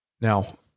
Now